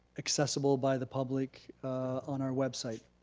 accessible by the public on our website.